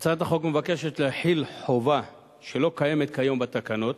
הצעת החוק מבקשת להחיל חובה שלא קיימת כיום בתקנות